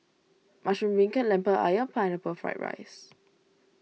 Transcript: Mushroom Beancurd Lemper Ayam and Pineapple Fried Rice